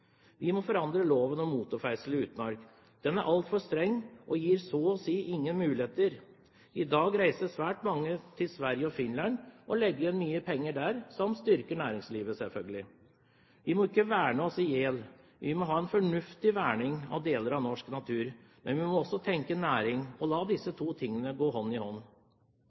Vi må forandre loven om motorferdsel i utmark. Den er altfor streng og gir så å si ingen muligheter. I dag reiser svært mange til Sverige og Finland og legger igjen mye penger som styrker næringslivet der, selvfølgelig. Vi må ikke verne oss i hjel. Vi må ha en fornuftig verning av norsk natur, men vi må også tenke næring og la disse to tingene gå hånd i hånd.